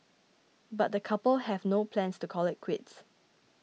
but the couple have no plans to call it quits